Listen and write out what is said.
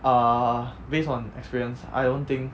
uh based on experience I don't think